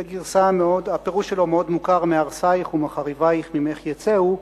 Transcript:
והפירוש שלו מאוד מוכר: מהרסייך ומחריבייך ממך יצאו.